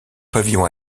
pavillon